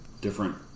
different